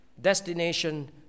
destination